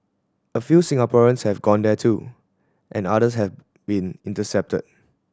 a few Singaporeans have gone there too and others have been intercepted